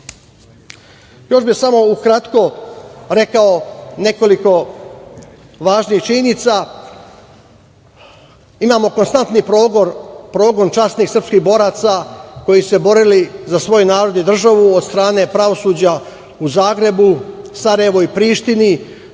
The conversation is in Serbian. bih samo ukratko rekao nekoliko važnih činjenica. Imamo konstantni progon časnih srpskih boraca koji su se borili za svoj narod i državu od strane pravosuđa u Zagrebu, Sarajevu i Prištini.